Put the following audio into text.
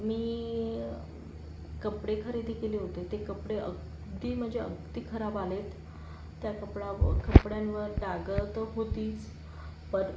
मी कपडे खरेदी केले होते ते कपडे अगदी म्हणजे अगदी खराब आले आहेत त्या कपड्याव कपड्यांवर डाग तर होतीच पद्